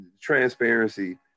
Transparency